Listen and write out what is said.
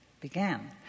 began